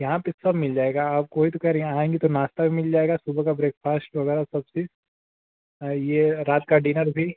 यहाँ पर सब मिल जाएगा आपको वही तो कह रहें यहाँ आएंगी तो नाश्ता भी मिल जाएगा सुबह का ब्रेकफास्ट वगैरह सब चीज ये रात का डिनर भी